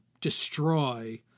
destroy